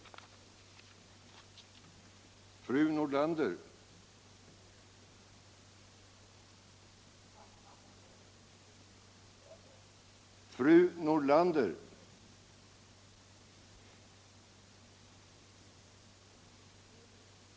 ÅArbetsmarknads politiken ÅArbetsmarknadspolitiken